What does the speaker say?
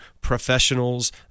professionals